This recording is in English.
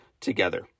together